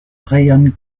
ryan